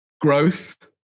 growth